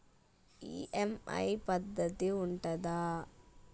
EMI పద్ధతి ఉంటదా?